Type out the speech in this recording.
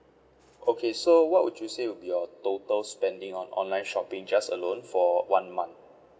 okay so what would you say will be your total spending on online shopping just alone for one month